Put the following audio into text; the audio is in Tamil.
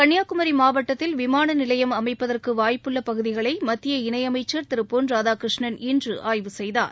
கன்னியாகுமரி மாவட்டத்தில் விமான நிலையம் அமைப்பதற்கு வாய்ப்புள்ள பகுதிகளை மத்திய இணை அமைச்சர் திரு பொன் ராதாகிருஷ்ணன் இன்று ஆய்வு செய்தார்